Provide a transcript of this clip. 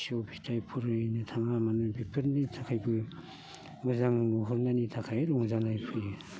फिसौ फिथाय फरायहैनो थाङा मानो बेफोरनि थाखायबो मोजां नुहुरनायनि थाखाय रंजानाय फैयो